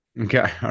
okay